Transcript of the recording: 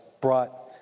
brought